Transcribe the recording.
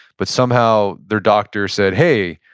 but somehow their doctor said, hey,